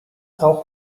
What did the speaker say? auch